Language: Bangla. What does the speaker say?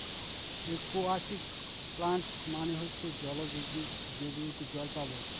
একুয়াটিকে প্লান্টস মানে হচ্ছে জলজ উদ্ভিদ যেগুলোতে জল পাবো